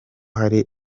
hari